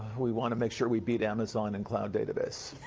we want to make sure we beat amazon in cloud database.